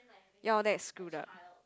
your dad screwed up